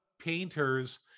painters